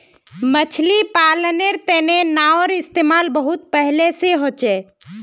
मछली पालानेर तने नाओर इस्तेमाल बहुत पहले से होचे